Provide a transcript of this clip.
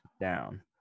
down